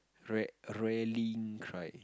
rare raring cry